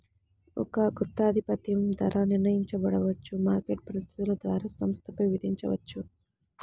ఒక గుత్తాధిపత్యం ధర నిర్ణయించబడవచ్చు, మార్కెట్ పరిస్థితుల ద్వారా సంస్థపై విధించబడవచ్చు